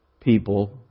people